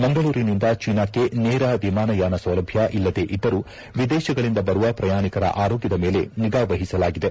ಮಂಗಳೂರಿನಿಂದ ಚೀನಾಕ್ಕೆ ನೇರ ವಿಮಾನಯಾನ ಸೌಲಭ್ಯ ಇಲ್ಲದೆ ಇದ್ದರೂ ವಿದೇಶಗಳಿಂದ ಬರುವ ಪ್ರಯಾಣಿಕರ ಆರೋಗ್ಯದ ಮೇಲೆ ನಿಗಾ ವಹಿಸಲಾಗಿದೆ